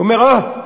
הוא אומר: אוה,